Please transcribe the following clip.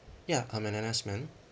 ya I'm an N_S men